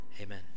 Amen